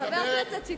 מה עם יבנה?